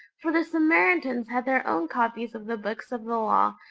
for the samaritans had their own copies of the books of the law,